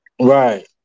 right